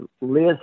list